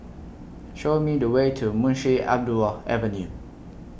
Show Me The Way to Munshi Abdullah Avenue